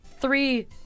three